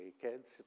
kids